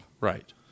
Right